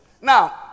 Now